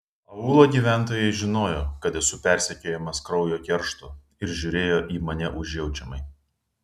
aūlo gyventojai žinojo kad esu persekiojamas kraujo keršto ir žiūrėjo į mane užjaučiamai